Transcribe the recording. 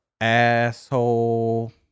asshole